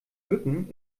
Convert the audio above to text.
bücken